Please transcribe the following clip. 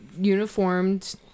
uniformed